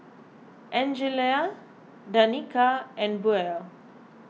Angelia Danika and Buell